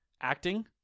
acting